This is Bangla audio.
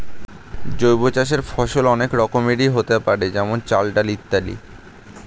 জৈব চাষের ফসল অনেক রকমেরই হতে পারে যেমন চাল, ডাল ইত্যাদি